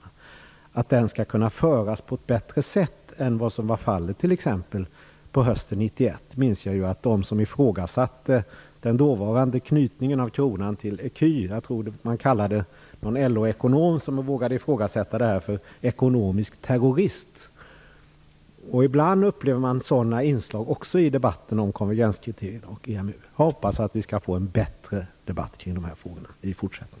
Jag hoppas att den debatten kan föras bättre än som var fallet t.ex. på hösten 1991. Jag minns att det fanns de som ifrågasatte den dåvarande knytningen av kronan till ecun. Jag tror att den LO ekonom som vågade ifrågasätta det här kallades för ekonomisk terrorist. Ibland kan sådana inslag upplevas också i debatten om konvergenskriterierna och EMU. Jag hoppas alltså att vi i fortsättningen får en bättre debatt om de här frågorna.